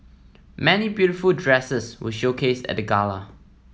many beautiful dresses were showcased at the gala